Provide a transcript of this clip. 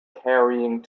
carrying